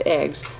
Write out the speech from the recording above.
eggs